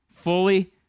fully